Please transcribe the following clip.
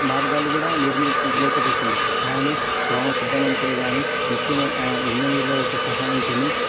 మార్గాలు కూడా నిర్మి లేకపోతుండే కానీ గ్రామ పెద్ద మనుషులు గానీ ముఖ్యమైన ఆ ఇంజనీర్ల యొక్క సహాయంతోని